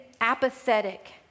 apathetic